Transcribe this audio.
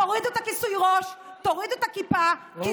תורידו את הכיסוי ראש, תורידו את הכיפה, אורלי.